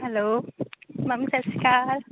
hello mummy ਸਤਿ ਸ਼੍ਰੀ ਅਕਾਲ